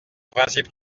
principe